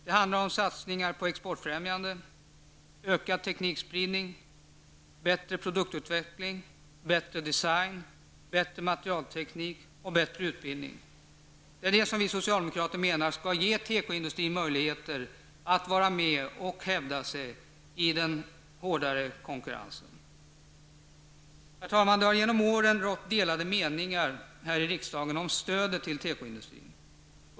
Det handlar om satsningar på exportfrämjande, ökad teknikspridning, bättre produktutveckling, bättre design, bättre materialteknik och bättre utbildning. Det är det som vi socialdemokrater menar skall ge tekoindustrin möjligheter att vara med och hävda sig i den hårdare konkurrensen. Herr talman! Det har genom åren rått delade meningar här i riksdagen om stöd till tekoindustrin.